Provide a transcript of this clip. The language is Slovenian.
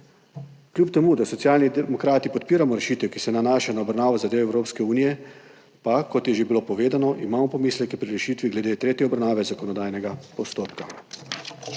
Kljub temu, da Socialni demokrati podpiramo rešitev, ki se nanaša na obravnavo zadev Evropske unije, pa imamo, kot je že bilo povedano, pomisleke pri rešitvi glede tretje obravnave zakonodajnega postopka.